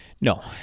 No